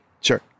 Sure